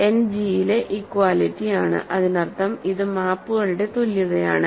end G യിലെ equality ആണ് അതിനർത്ഥം ഇത് മാപ്പുകളുടെ തുല്യതയാണ്